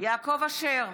יעקב אשר,